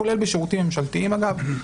כולל בשירותים ממשלתיים אגב.